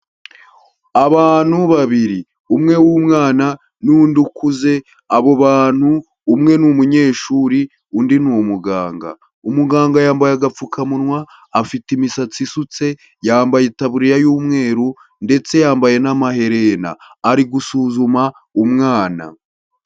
Abantu babiri, umwe w'umwana n'undi ukuze, abo bantu umwe ni umunyeshuri, undi ni umuganga, umuganga yambaye agapfukamunwa, afite imisatsi isutse, yambaye itaburiya y'umweru ndetse yambaye n'amaherena, ari gusuzuma umwana.